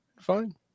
fine